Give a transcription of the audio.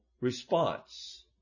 response